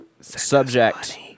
Subject